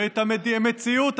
מכירים במדינה יהודית, השר הנדל.